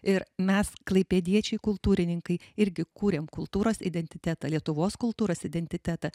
ir mes klaipėdiečiai kultūrininkai irgi kūrėm kultūros identitetą lietuvos kultūros identitetą